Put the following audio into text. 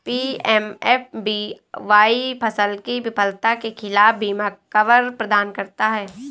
PMFBY फसल की विफलता के खिलाफ बीमा कवर प्रदान करता है